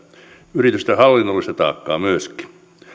yritysten hallinnollista taakkaa myöskin